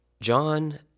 John